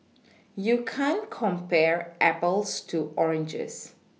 you can't compare Apples to oranges